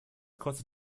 kostet